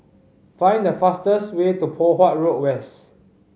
find the fastest way to Poh Huat Road West